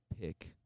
pick